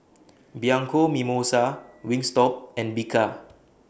Bianco Mimosa Wingstop and Bika